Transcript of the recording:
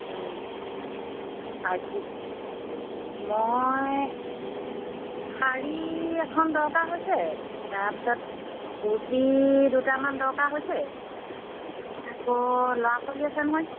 ওম মই শাড়ী এখন দৰকাৰ হৈছে তাৰপিছত কুৰ্তি দুটামান দৰকাৰ হৈছে আকৌ ল'ৰা ছোৱালী আছে নহয়